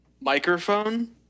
Microphone